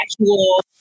actual